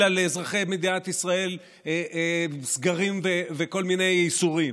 על אזרחי מדינת ישראל סגרים וכל מיני איסורים.